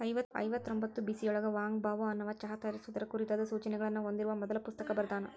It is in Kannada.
ಐವತ್ತರೊಂಭತ್ತು ಬಿಸಿಯೊಳಗ ವಾಂಗ್ ಬಾವೋ ಅನ್ನವಾ ಚಹಾ ತಯಾರಿಸುವುದರ ಕುರಿತಾದ ಸೂಚನೆಗಳನ್ನ ಹೊಂದಿರುವ ಮೊದಲ ಪುಸ್ತಕ ಬರ್ದಾನ